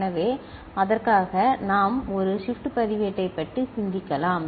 எனவே அதற்காக நாம் ஒரு ஷிப்ட் பதிவேட்டைப் பற்றி சிந்திக்கலாம்